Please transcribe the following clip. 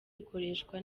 ikoreshwa